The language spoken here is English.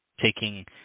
taking